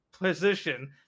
position